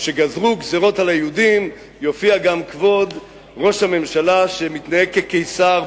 שגזרו גזירות על היהודים יופיע גם כבוד ראש הממשלה שמתנהג כקיסר,